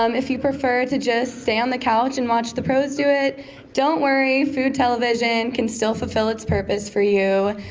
um if you prefer to just stay on the couch and watch the pros do it don't worry, food television can still fulfill its purpose for you.